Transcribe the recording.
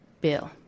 bill